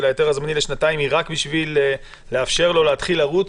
ההיתר הזמני לשנתיים היא רק בשביל לאפשר לו להתחיל לרוץ?